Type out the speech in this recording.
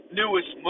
newest